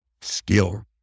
Skill